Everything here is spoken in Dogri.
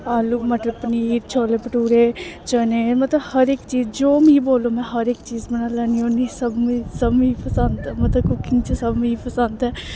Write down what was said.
आलू मटर पनीर छोले भटूरे चने मतलब हर इक चीज जो मिगी बोलो में हर इक चीज़ बनाई लैन्नी होन्नी सब सब मिगी पसंद ऐ मतलब कुकिंग च सब मी पसंद ऐ